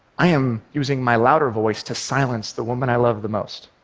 i am using my louder voice to silence the woman i love the most.